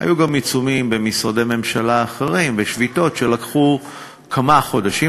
היו גם עיצומים במשרדי ממשלה אחרים ושביתות שלקחו כמה חודשים.